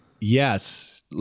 Yes